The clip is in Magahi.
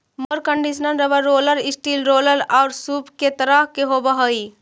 mower conditioner rubber roller, steel roller औउर सूप के तरह के होवऽ हई